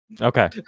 Okay